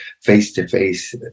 face-to-face